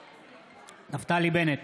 בעד נפתלי בנט,